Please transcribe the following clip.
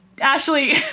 Ashley